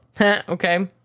Okay